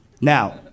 Now